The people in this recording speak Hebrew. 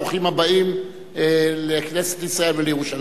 ברוכים הבאים לכנסת ישראל ולירושלים.